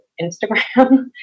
Instagram